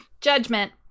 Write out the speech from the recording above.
Judgment